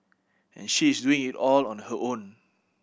and she is doing it all on her own